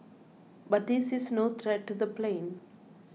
but this is no threat to the plane